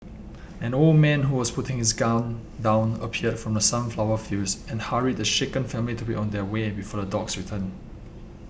an old man who was putting his gun down appeared from the sunflower fields and hurried the shaken family to be on their way before the dogs return